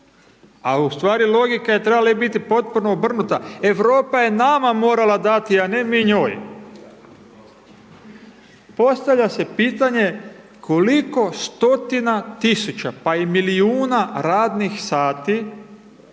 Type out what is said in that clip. a u stvari logika je trebala biti potpuno obrnuta, Europa je nama morala dati, a ne mi njoj. Postavlja se pitanje koliko stotina tisuća, pa i milijuna radnih sati